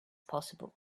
possible